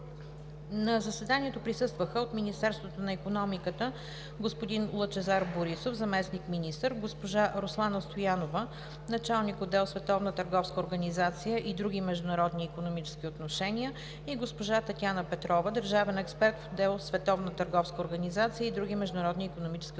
На заседанието присъстваха от Министерството на икономиката: господин Лъчезар Борисов – заместник-министър, госпожа Руслана Стоянова – началник-отдел „Световна търговска организация и други международни икономически отношения“, и госпожа Татяна Петрова – държавен експерт в отдел „Световна търговска организация и други международни икономически отношения“.